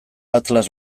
atlas